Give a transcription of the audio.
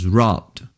robbed